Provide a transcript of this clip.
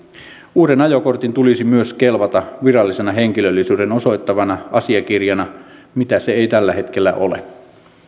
uuden ajokortin tulisi myös kelvata virallisena henkilöllisyyden osoittavana asiakirjana mitä se ei tällä hetkellä ole